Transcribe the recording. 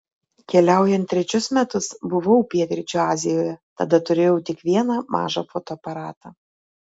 keliaujant trečius metus buvau pietryčių azijoje tada turėjau tik vieną mažą fotoaparatą